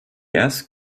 asked